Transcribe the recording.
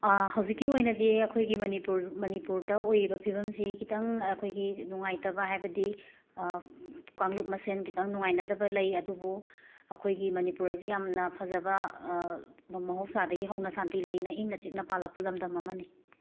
ꯍꯧꯖꯤꯛꯀꯤ ꯑꯣꯏꯅꯗꯤ ꯑꯩꯈꯣꯏꯒꯤ ꯃꯅꯤꯄꯨꯔ ꯃꯅꯤꯄꯨꯔꯗ ꯑꯣꯏꯔꯤꯕ ꯐꯤꯕꯝꯁꯤ ꯈꯤꯇꯪ ꯑꯩꯈꯣꯏꯒꯤ ꯅꯨꯡꯉꯥꯏꯇꯕ ꯍꯥꯏꯕꯗꯤ ꯀꯥꯡꯂꯨꯞ ꯃꯁꯦꯜ ꯈꯤꯇꯪ ꯅꯨꯡꯉꯥꯏꯅꯗꯕ ꯂꯩ ꯑꯗꯨꯕꯨ ꯑꯩꯈꯣꯏꯒꯤ ꯃꯅꯤꯄꯨꯔ ꯑꯁꯤ ꯌꯥꯝꯅ ꯐꯖꯕ ꯃꯍꯧꯁꯥꯗꯒꯤ ꯍꯧꯅ ꯁꯥꯟꯇꯤ ꯂꯩꯅ ꯏꯪꯅ ꯆꯤꯛꯅ ꯄꯥꯜꯂꯛꯄ ꯂꯝꯗꯝ ꯑꯃꯅꯤ